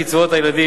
תוספת קצבאות הילדים,